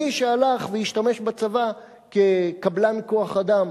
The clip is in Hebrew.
מי שהלך והשתמש בצבא כקבלן כוח-אדם